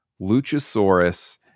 Luchasaurus